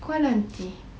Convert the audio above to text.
call aunty